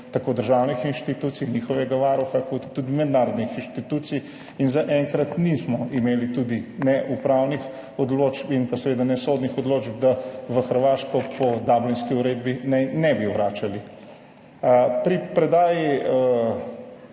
tako državnih inštitucij, njihovega varuha kot tudi mednarodnih inštitucij, in zaenkrat nismo imeli ne upravnih odločb in ne sodnih odločb, da v Hrvaško po Dublinski uredbi naj ne bi vračali. Pri predaji